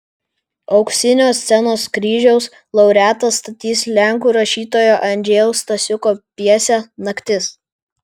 auksinio scenos kryžiaus laureatas statys lenkų rašytojo andžejaus stasiuko pjesę naktis